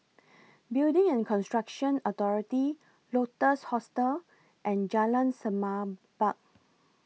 Building and Construction Authority Lotus Hostel and Jalan Semerbak